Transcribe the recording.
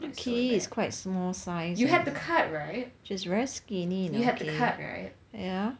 I think kee yi is quite small sized she's very skinny in our days yeah